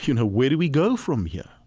you know where do we go from here?